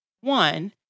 One